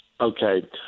Okay